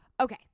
okay